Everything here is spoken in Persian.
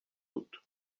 بود